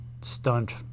stunt